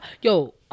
Yo